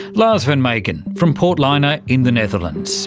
lars van meegen from port-liner in the netherlands